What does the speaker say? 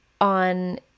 on